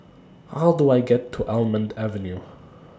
How Do I get to Almond Avenue